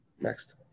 next